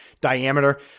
diameter